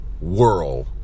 world